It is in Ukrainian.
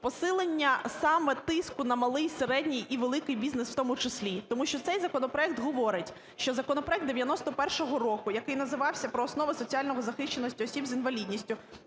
посилення саме тиску на малий, середній і великий бізнес у тому числі, тому що цей законопроект говорить, що законопроект 91-го року, який називався "Про основи соціальної захищеності осіб з інвалідністю",